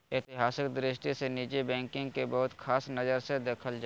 ऐतिहासिक दृष्टि से निजी बैंकिंग के बहुत ख़ास नजर से देखल जा हइ